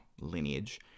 lineage